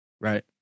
right